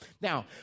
Now